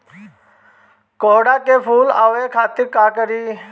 कोहड़ा में फुल आवे खातिर का करी?